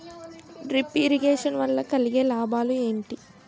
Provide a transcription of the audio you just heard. Drip irrigation వల్ల కలిగే లాభాలు ఏంటి?